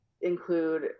include